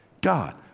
God